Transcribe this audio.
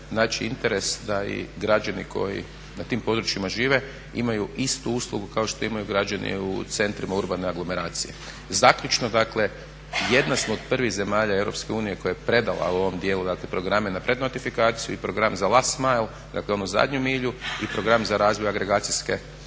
naći interes da i građani koji na tim područjima žive imaju istu uslugu kao što imaju građani u centrima urbane anglomeracije. Zaključno dakle, jedna smo od prvih zemalja EU koja je predala u ovom dijelu, dakle programe na pred notifikaciju i program za Last mile, dakle onu zadnju milju i program za razvoj agregacijske infrastrukture.